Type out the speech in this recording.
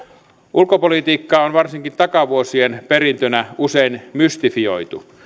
ulkopolitiikkaa on varsinkin takavuosien perintönä usein mystifioitu